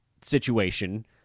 situation